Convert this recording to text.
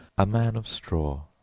a man of straw,